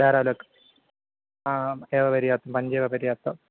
दारालक् हा एव पेरियात् पञ्च एव पेरियाप्तम्